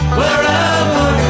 wherever